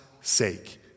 sake